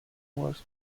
was